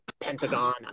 Pentagon